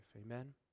Amen